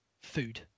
food